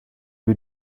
wie